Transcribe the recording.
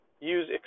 use